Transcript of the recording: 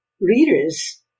readers